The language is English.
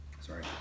Sorry